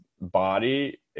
body